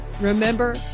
Remember